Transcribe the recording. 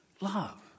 love